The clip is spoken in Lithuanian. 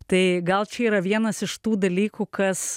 tai gal čia yra vienas iš tų dalykų kas